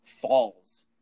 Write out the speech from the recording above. falls